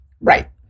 Right